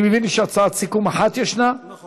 אני מבין שיש הצעת סיכום אחת של כולם?